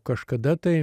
kažkada tai